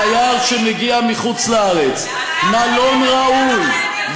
לתייר שמגיע מחוץ-לארץ מלון ראוי,